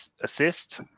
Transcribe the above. assist